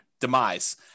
demise